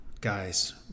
Guys